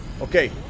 Okay